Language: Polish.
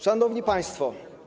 Szanowni Państwo!